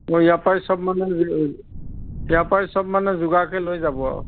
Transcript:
অঁ ইয়াৰ পৰাই চব মানে ইয়াৰ পৰাই চব মানে যোগাৰকৈ লৈ যাব আৰু